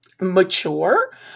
mature